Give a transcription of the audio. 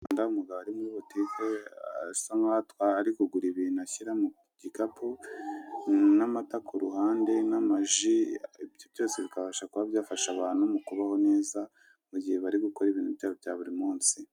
Umugabo ari muri butike asa n'aho ari kugura ibintu ashyira mu gikapu n'amata ku ruhande n'amaji, ibyo byose bikaba byafasha abantu kubaho neza mu gihe bari bikora ibintu byabo bya buri munsi.